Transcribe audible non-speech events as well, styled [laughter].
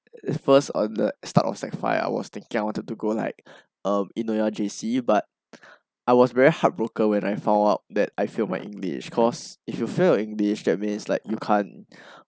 first on the start of sec five I was thinking I wanted to go like [breath] um eunoia J_C but I was very heartbroken when I found out that I failed my english cause if you fail your english that means like you can't [breath]